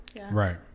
Right